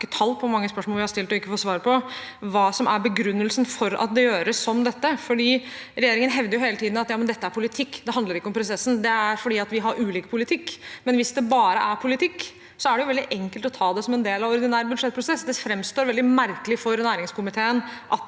– jeg har ikke tall på hvor mange – spørsmål som vi ikke har fått svar på, om hva som er begrunnelsen for at det gjøres som dette. Regjeringen hevder hele tiden at dette er politikk, det handler ikke om prosessen, det er fordi vi har ulik politikk. Likevel: Hvis det bare er politikk, er det veldig enkelt å ta det som en del av ordinær budsjettprosess. Det framstår veldig merkelig for næringskomiteen